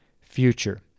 future